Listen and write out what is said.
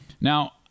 now